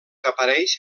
apareix